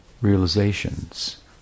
realizations